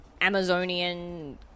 Amazonian